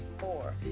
more